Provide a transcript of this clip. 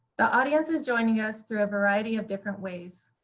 the audience is joining us through a variety of different ways.